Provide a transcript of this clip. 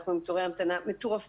אנחנו עם תורי המתנה מטורפים.